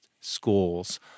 schools